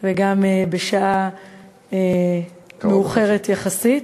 וגם בשעה מאוחרת יחסית,